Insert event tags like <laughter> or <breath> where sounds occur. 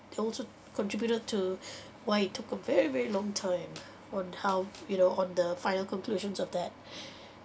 it also contributed to <breath> why it took a very very long time on how you know on the final conclusions of that <breath>